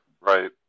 Right